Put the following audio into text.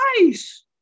nice